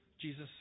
Jesus